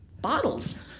bottles